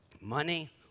money